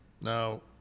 Now